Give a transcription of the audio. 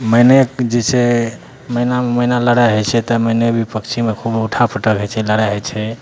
मैने जे छै मैनामे मैना लड़ाइ होइ छै तऽ मैने भी पक्षीमे खूब उठा पटक होइ छै लड़ाइ होइ छै